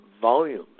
volumes